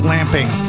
Lamping